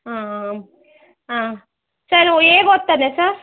ಹಾಂ ಹಾಂ ಹಾಂ ಸರ್ ಹೇಗ್ ಓದ್ತಾನೆ ಸರ್